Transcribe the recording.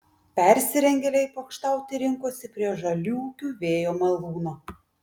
persirengėliai pokštauti rinkosi prie žaliūkių vėjo malūno